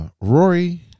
Rory